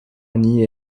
nié